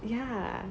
ya